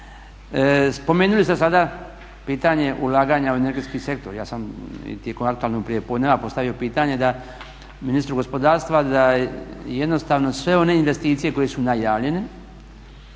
Spomenuli ste sada pitanje ulaganja u energetski sektor, ja sam i tijekom aktualnog prijepodneva postavio pitanje ministru gospodarstva da sve one investicije koje su najavljene